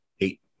eight